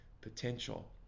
potential